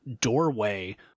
Doorway